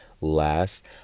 last